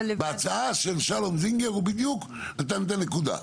בהצעה של שלום זינגר, הוא בדיוק נתן את הנקודה.